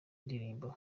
ndirimbo